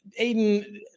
Aiden